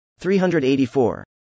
384